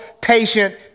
patient